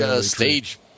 stage